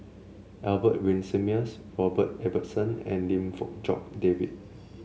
Albert Winsemius Robert Ibbetson and Lim Fong Jock David